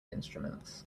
instruments